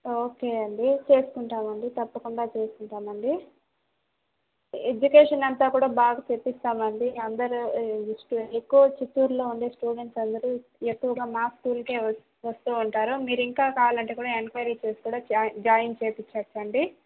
okay అండి చేసుకుంటామండి తప్పకుండా చేసుకుంటామండి ఎడ్యుకేషన్ అంతా కూడా బాగా చెప్పిస్తామండి అందరూ ఎక్కువ చిత్తూర్లో ఉండే స్టూడెంట్స్ అందరూ ఎక్కువగా మా స్కూల్కే వ వస్తూ ఉంటారు మీరింకా కావాలంటే కూడా మీరు ఎంక్వైరీ చేసి కూడా జా జాయిన్ చేపిచ్చచ్చండి